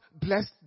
blessed